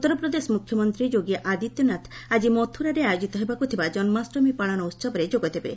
ଉଉରପ୍ରଦେଶ ମୁଖ୍ୟମନ୍ତ୍ରୀ ଯୋଗୀ ଆଦିତ୍ୟନାଥ ଆଜି ମଥୁରାରେ ଆୟୋଜିତ ହେବାକୁଥିବା ଜନ୍ତାଷ୍ଟମୀ ପାଳନ ଉହବରେ ଯୋଗଦେବେ